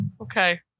okay